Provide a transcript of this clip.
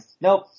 nope